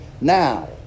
now